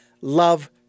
love